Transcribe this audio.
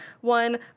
one